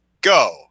Go